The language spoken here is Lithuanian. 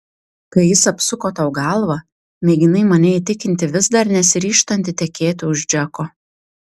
kai jis apsuko tau galvą mėginai mane įtikinti vis dar nesiryžtanti tekėti už džeko